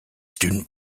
student